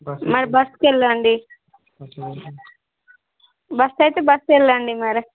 మరి బస్సుకెళ్ళండి బస్సు అయితే బస్సుకే వెళ్ళండి మరి